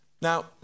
Now